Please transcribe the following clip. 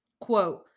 Quote